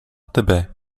tebe